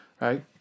right